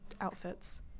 outfits